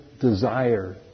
desire